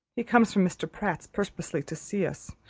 he comes from mr. pratt's purposely to see us.